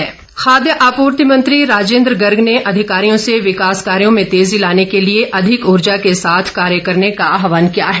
राजेन्द्र गर्ग खाद्य आपूर्ति मंत्री राजेन्द्र गर्ग ने अधिकारियों से विकास कार्यों में तेज़ी लाने के लिए अधिक ऊर्जा के साथ कार्य करने का आहवान किया है